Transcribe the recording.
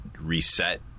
reset